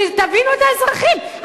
תבינו את האזרחים.